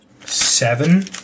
seven